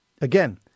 Again